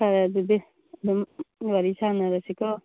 ꯐꯔꯦ ꯑꯗꯨꯗꯤ ꯑꯗꯨꯝ ꯋꯥꯔꯤ ꯁꯥꯟꯅꯔꯁꯤꯀꯣ